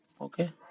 okay